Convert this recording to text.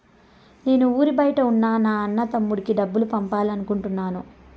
నేను ఊరి బయట ఉన్న నా అన్న, తమ్ముడికి డబ్బులు పంపాలి అనుకుంటున్నాను